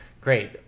great